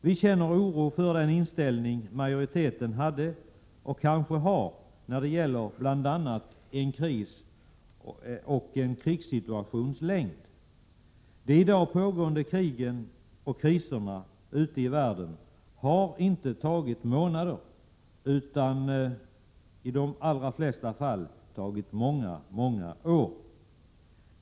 Vi känner oro för den inställning majoriteten hade och kanske har när det gäller bl.a. en krisoch krigssituations längd. De i dag pågående krigen och kriserna ute i världen har inte varat under månader utan i de allra flesta fall många år.